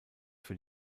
für